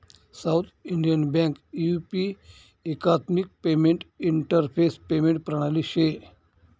south Indian bank U P एकात्मिक payment interface payment प्रणाली शे